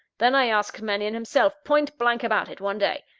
then i asked mannion himself point-blank about it, one day.